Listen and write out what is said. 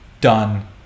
done